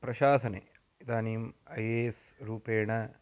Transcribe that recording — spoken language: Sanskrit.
प्रशासने इदानीम् ऐ ए एस् रूपेण